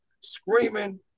screaming